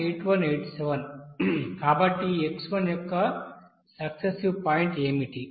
కాబట్టి ఈ x1 యొక్క సక్సెసివ్ పాయింట్ ఏమిటి